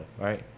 right